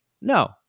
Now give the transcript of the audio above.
no